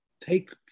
take